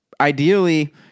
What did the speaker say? ideally